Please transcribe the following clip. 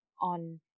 on